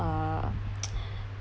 uh